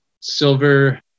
silver